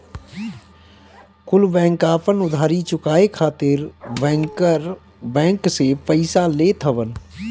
कुल बैंक आपन उधारी चुकाए खातिर बैंकर बैंक से पइसा लेत हवन